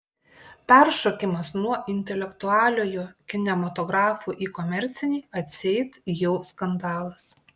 peršokimas nuo intelektualiojo kinematografo į komercinį atseit jau skandalas